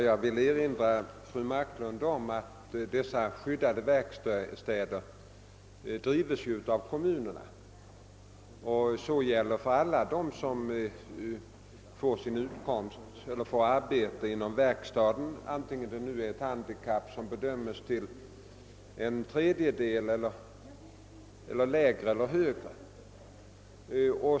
Jag vill erinra fru Marklund om att dessa skyddade verkstäder drivs av kommunerna. Det gäller för alla dem som arbetar inom verkstaden, vare sig deras handikapp bedöms till lägre eller högre än en tredjedel.